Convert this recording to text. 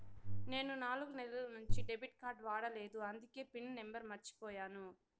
నేను నాలుగు నెలల నుంచి డెబిట్ కార్డ్ వాడలేదు అందికే పిన్ నెంబర్ మర్చిపోయాను